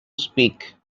speak